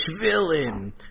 villain